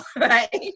right